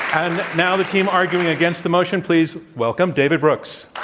and now the team arguing against the motion. please welcome david brooks.